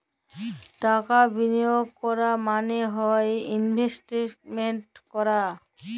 টাকা বিলিয়গ ক্যরা মালে হ্যয় ইলভেস্টমেল্ট ক্যরা